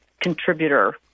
Contributor